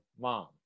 mom